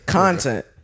content